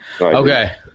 Okay